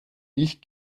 ich